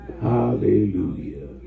Hallelujah